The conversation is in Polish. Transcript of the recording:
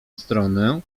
stronę